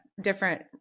different